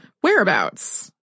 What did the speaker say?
whereabouts